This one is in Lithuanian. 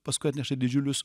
paskui atneša didžiulius